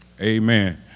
amen